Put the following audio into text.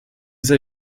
sei